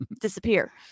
disappear